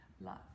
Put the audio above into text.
love